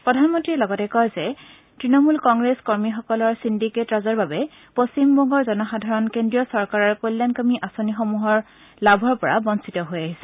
প্ৰধানমন্ত্ৰীয়ে লগতে কয় যে তৃণমূল কংগ্ৰেছ কৰ্মীসকলৰ চিণ্ডিকেট ৰাজৰ বাবে পশ্চিমবংগৰ জনসাধাৰণ কেন্দ্ৰীয় চৰকাৰৰ কল্যাণকামী আঁচনিসমূহত লাভৰ পৰা বঞ্চিত হৈ আহিছে